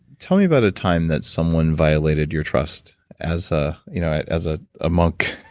tell me about a time that someone violated your trust as ah you know as ah a monk.